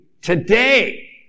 Today